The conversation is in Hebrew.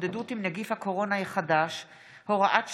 להתמודדות עם נגיף הקורונה החדש (הוראת שעה)